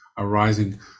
arising